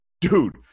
dude